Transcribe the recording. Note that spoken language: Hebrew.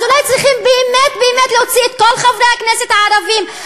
אז אולי צריכים באמת באמת להוציא את כל חברי הכנסת הערבים,